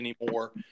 anymore